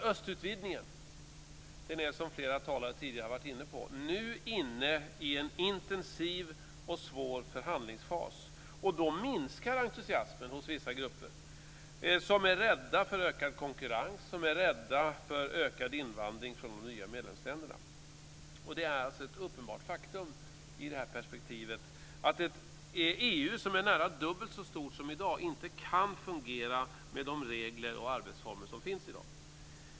Östutvidgningen är, som flera talare tidigare har varit inne på, nu inne i en intensiv och svår förhandlingsfas. Då minskar entusiasmen hos vissa grupper som är rädda för ökad konkurrens, som är rädda för ökad invandring från de nya medlemsländerna. Det är i det perspektivet ett uppenbart faktum att ett EU som är nära dubbelt så stort som i dag inte kan fungera med de regler och arbetsformer som finns i dag.